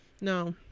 No